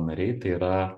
nariai tai yra